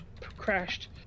crashed